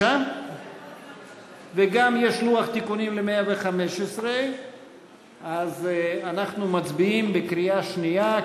יש גם לוח תיקונים לסעיף 115. אנחנו מצביעים בקריאה שנייה,